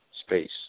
space